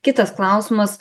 kitas klausimas